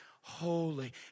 holy